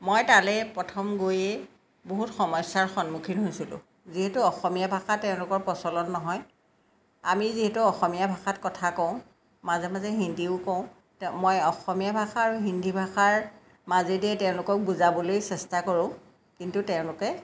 মই তালে প্ৰথম গৈয়ে বহুত সমস্যাৰ সন্মুখীন হৈছিলোঁ যিহেতু অসমীয়া ভাষা তেওঁলোকৰ প্ৰচলন নহয় আমি যিহেতু অসমীয়া ভাষাত কথা কওঁ মাজে মাজে হিন্দীও কওঁ তে মই অসমীয়া ভাষা আৰু হিন্দী ভাষাৰ মাজেদিয়ে তেওঁলোকক বুজাবলৈ চেষ্টা কৰোঁ কিন্তু তেওঁলোকে